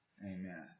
Amen